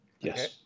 yes